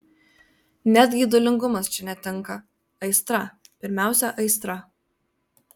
net geidulingumas čia netinka aistra pirmiausia aistra